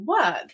work